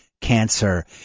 Cancer